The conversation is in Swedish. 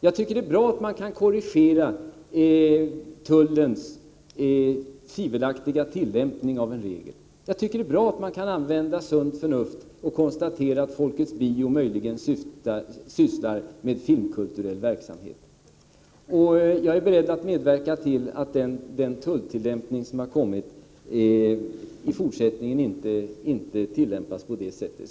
Jag tycker att det är bra att man kan korrigera tullens tvivelaktiga tillämpning av en regel. Jag tycker det är bra att man kan använda sunt förnuft och konstatera att Folkets Bio möjligen sysslar med filmkulturell verksamhet. Jag är beredd att på min kant medverka till att tullbestämmelserna i fortsättningen inte tillämpas på detta sätt.